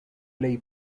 ley